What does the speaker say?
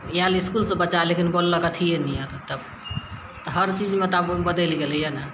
आयल इसकुलसँ बच्चा लेकिन बोललक अथीये नियन तब तऽ हरचीजमे तऽ आब बदलि गेलैय ने